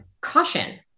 caution